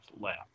left